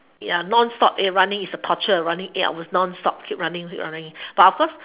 ya non stop running is a torture running eight hour non stop keep running keep running but of course